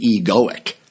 egoic